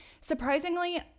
surprisingly